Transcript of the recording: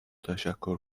تشکر